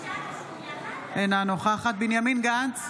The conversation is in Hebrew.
אינה נוכחת בנימין גנץ,